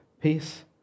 peace